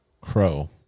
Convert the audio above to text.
crow